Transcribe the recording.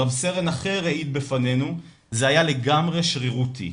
רב סרן אחר העיד בפנינו: "זה היה לגמרי שרירותי.